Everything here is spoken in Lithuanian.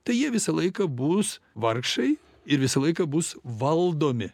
tai jie visą laiką bus vargšai ir visą laiką bus valdomi